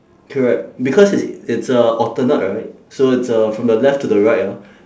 correct because it's it's uh alternate right so it's uh from the left to the right ah